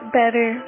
better